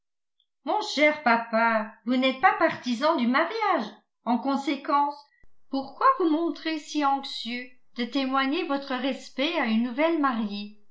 mon cher papa vous n'êtes pas partisan du mariage en conséquence pourquoi vous montrer si anxieux de témoigner votre respect à une nouvelle mariée